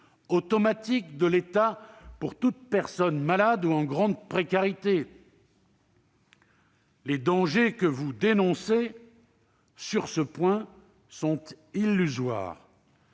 automatique de l'État pour toute personne malade ou en grande précarité. Les dangers que vous dénoncez, sur ce point, sont illusoires.